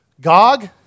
Gog